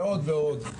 ועוד ועוד.